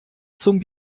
zum